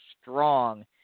strong